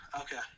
okay